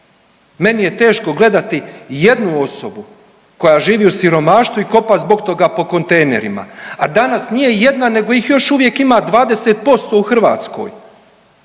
meni je teško gledati ijednu osobu koja živi u siromaštvu i kopa zbog toga po kontejnerima, a danas nije jedna nego ih još uvijek ima 20% u Hrvatskoj,